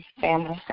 family